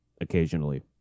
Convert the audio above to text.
occasionally